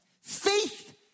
Faith